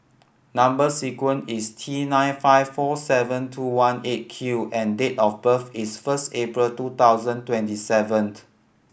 number sequence is T nine five four seven two one Eight Q and date of birth is first April two thousand twenty seventh